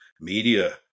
media